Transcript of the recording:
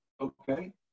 okay